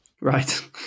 Right